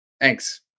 Thanks